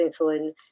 insulin